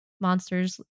Monsters